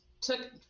took